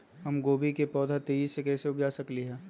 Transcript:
हम गोभी के पौधा तेजी से कैसे उपजा सकली ह?